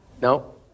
No